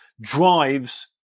drives